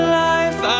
life